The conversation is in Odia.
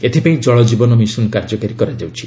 ଏଥିପାଇଁ ଜଳଜୀବନ ମିଶନ କାର୍ଯ୍ୟକାରୀ କରାଯାଉଛି